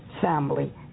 family